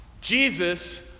Jesus